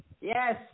Yes